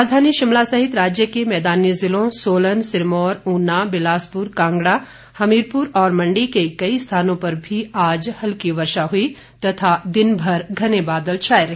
राजधानी शिमला सहित राज्य के मैदानी ज़िलों सोलन सिरमौर ऊना बिलासपुर कांगड़ा हमीरपुर और मंडी के कई स्थानों पर भी आज हल्की वर्षा हुई तथा दिनभर घने बादल छाए रहे